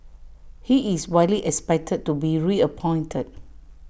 he is widely expected to be reappointed